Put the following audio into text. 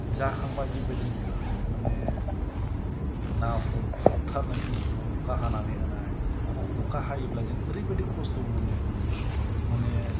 जाखांबाय बेबायदिनो माने ना हमफुथारनाय समावनो अखा हानानै होनाय अखा हायोब्ला जों ओरैबादि खस्त' मोनो माने